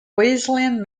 wesleyan